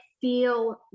feel